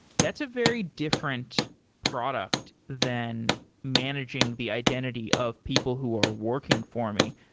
that's a very different product than managing the identity of people who are working for me.